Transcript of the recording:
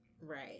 Right